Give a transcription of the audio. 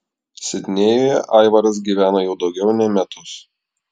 sidnėjuje aivaras gyvena jau daugiau nei metus